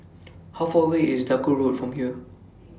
How Far away IS Duku Road from here